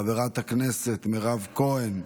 חברת הכנסת מירב כהן,